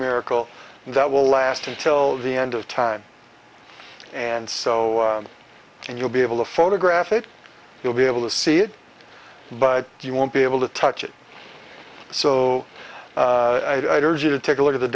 miracle that will last until the end of time and so you'll be able to photograph it you'll be able to see it but you won't be able to touch it so you take a look at the